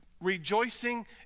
Rejoicing